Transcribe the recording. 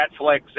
Netflix